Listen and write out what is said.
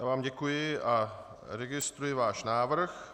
Já vám děkuji a registruji váš návrh.